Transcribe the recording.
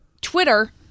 Twitter